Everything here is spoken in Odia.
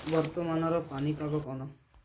ବର୍ତ୍ତମାନର ପାଣିପାଗ କ'ଣ